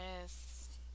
Yes